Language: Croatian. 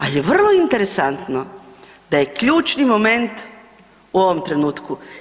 Ali je vrlo interesantno da je ključni moment u ovom trenutku.